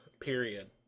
Period